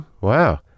Wow